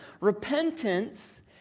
Repentance